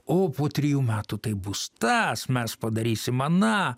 o po trijų metų tai bus tas mes padarysim aną